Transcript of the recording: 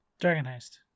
Dragonheist